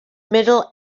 middle